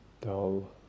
dull